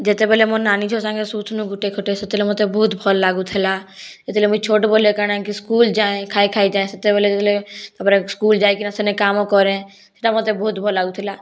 ଯେତେବେଲେ ମୋର୍ ନାନୀ ଝିଅ ସାଙ୍ଗେ ଶୁଉଁ'ଥିନୁ ଗୁଟେ ଖଟେ ସେତେବେଲେ ମତେ ବହୁତ ଭଲ ଲାଗୁଥିଲା ସେତେବେଲେ ମୁଇଁ ଛୋଟ ବେଲେ କାଣା କି ସ୍କୁଲ ଯାଏ ଖାଇ ଖାଇ ଯାଏଁ ସେତେବେଲେ ଗଲେ ତାର୍'ପରେ ସ୍କୁଲ ଯାଇକିନା ସେନେ କାମ କରେ ସେଟା ମତେ ବହୁତ ଭଲ ଲାଗୁଥିଲା